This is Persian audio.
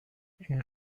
این